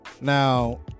Now